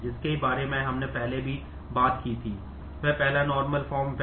लेकिन एक normal form थी